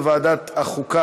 לוועדת החוקה,